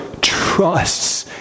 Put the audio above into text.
trusts